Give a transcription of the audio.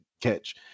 catch